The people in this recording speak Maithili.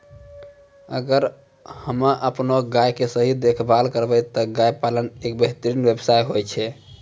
अगर हमॅ आपनो गाय के सही देखभाल करबै त गाय पालन एक बेहतरीन व्यवसाय होय छै